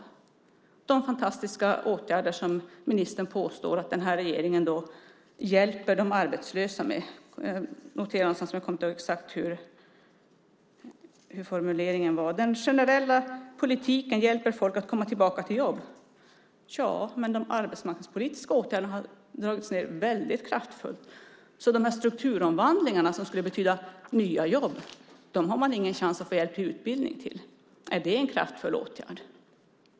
Det är de fantastiska åtgärder som ministern påstår att den här regeringen hjälper de arbetslösa med. Jag kommer inte ihåg exakt hur formuleringen var. Men det sades att den generella politiken hjälper folk att komma tillbaka till jobb. Tja, de arbetsmarknadspolitiska åtgärderna har dragits ned väldigt kraftfullt. Strukturomvandlingar skulle betyda nya jobb, men dem har man inte någon chans att få hjälp med utbildning till. Är det en kraftfull åtgärd?